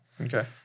okay